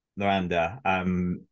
Loranda